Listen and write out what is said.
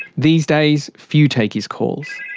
these days, few take his calls.